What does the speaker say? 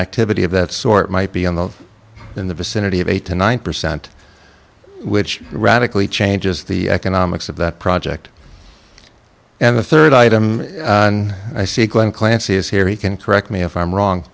activity of that sort might be on the in the vicinity of eight to nine percent which radically changes the economics of that project and the third item i seek when clancy is here he can correct me if i'm wrong